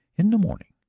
in the morning,